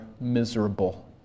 miserable